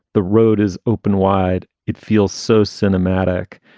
the road is open wide. it feels so cinematic.